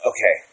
Okay